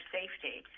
safety